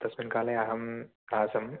तस्मिन् काले अहम् आसं